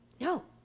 no